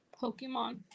Pokemon